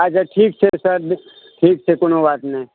अच्छा ठीक छै सर ठीक छै कोनो बात नहि